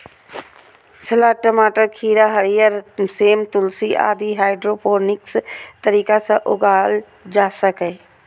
सलाद, टमाटर, खीरा, हरियर सेम, तुलसी आदि हाइड्रोपोनिक्स तरीका सं उगाएल जा सकैए